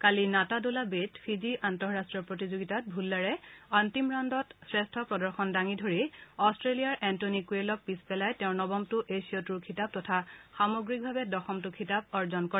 কালি Natadola Bay Fiji আন্তঃৰাষ্ট্ৰীয় প্ৰতিযোগিতাত ভুল্লাৰে অন্তিম ৰাউণ্ডত শ্ৰেষ্ঠ প্ৰৰ্দশন দাঙি ধৰি অট্টেলিয়াৰ এণ্টনি কোৱেলক পিছ পেলাই তেওঁৰ নৱমটো এছীয় ট্যুৰ খিতাপ তথা সামগ্ৰিকভাৱে দশমটো খিতাপ অৰ্জন কৰে